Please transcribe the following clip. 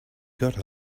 got